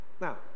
Now